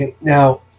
Now